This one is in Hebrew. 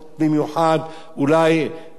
אולי בשכבות הביניים,